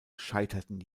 scheiterten